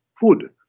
food